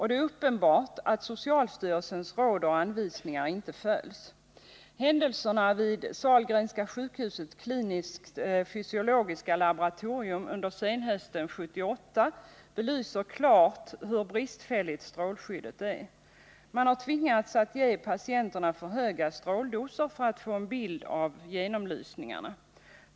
Det är uppenbart att socialstyrelsens råd och anvisningar inte följs. Händelserna vid Sahlgrenska sjukhusets kliniskt fysiologiska laboratorium under senhösten 1978 belyser klart hur bristfälligt strålskyddet är. Man har tvingats ge patienterna för höga stråldoser för att få en bild vid genomlysningarna.